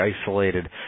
isolated